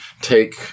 take